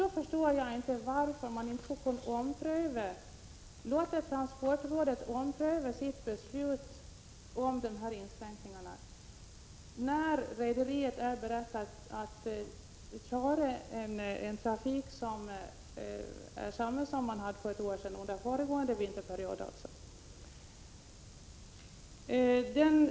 Då förstår jag inte varför man inte låter transportrådet ompröva sitt beslut om inskränkningarna — rederiet är som sagt berett att trafikera i samma omfattning som under föregående vinterperiod.